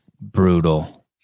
brutal